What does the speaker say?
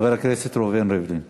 חבר הכנסת ראובן ריבלין.